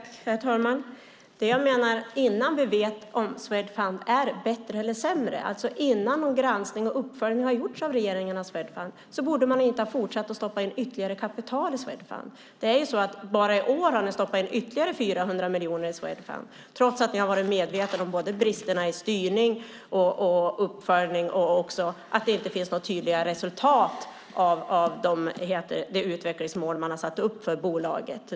Herr talman! Jag menar att man inte borde fortsätta att stoppa in ytterligare kapital i Swedfund innan vi vet om Swedfund är bättre eller sämre, alltså innan regeringen har gjort någon granskning och uppföljning av Swedfund. Bara i år har ni stoppat in ytterligare 400 miljoner i Swedfund trots att ni har varit medvetna om bristerna i styrning och uppföljning och också om att det inte finns några tydliga resultat när det gäller det utvecklingsmål som man har satt upp för bolaget.